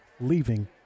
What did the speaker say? leaving